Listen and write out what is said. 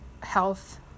health